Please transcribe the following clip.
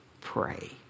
pray